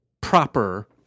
proper